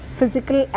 physical